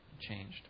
changed